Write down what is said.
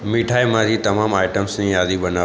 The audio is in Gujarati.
મીઠાઈમાંથી તમામ આઇટમ્સની યાદી બના